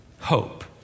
Hope